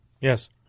Yes